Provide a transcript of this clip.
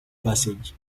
passage